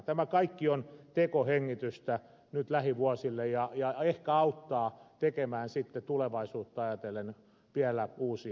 tämä kaikki on tekohengitystä nyt lähivuosille ja ehkä auttaa tekemään sitten tulevaisuutta ajatellen vielä uusia ratkaisuja